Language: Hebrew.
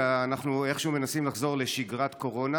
ואנחנו איכשהו מנסים לחזור לשגרת קורונה.